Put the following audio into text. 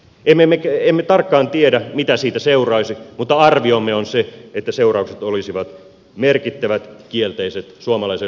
emme tarkkaan tiedä mitä siitä seuraisi mutta arviomme on se että seuraukset olisivat merkittävät kielteiset suomalaiselle hyvinvointiyhteiskunnalle